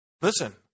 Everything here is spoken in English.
Listen